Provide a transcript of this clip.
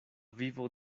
vivo